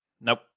nope